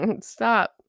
Stop